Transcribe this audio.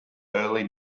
early